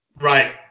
Right